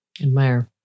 Admire